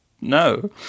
no